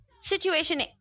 Situation